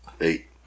Eight